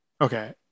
okay